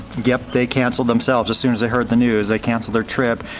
yep, they canceled themselves as soon as they heard the news, they canceled their trip.